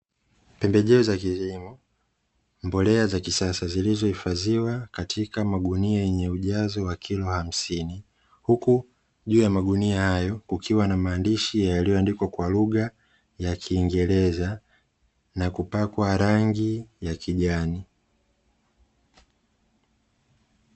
Pembejeo za kilimo, mbolea za kisasa zilizohifadhiwa katika magunia yenye ujazo wa kilo hamsini, huku juu ya magunia hayo kukiwa na maandishi yaliyoandikwa kwa lugha ya kiingereza na kupakwa rangi ya kijani.